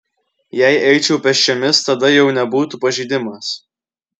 jei eičiau pėsčiomis tada jau nebūtų pažeidimas